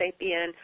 sapien